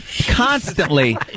constantly